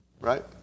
right